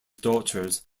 daughters